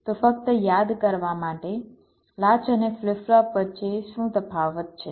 તો ફક્ત યાદ કરવા માટે લાચ અને ફ્લિપ ફ્લોપ વચ્ચે શું તફાવત છે